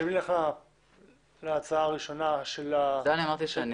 ואם נלך על ההצעה הראשונה של א'?